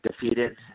defeated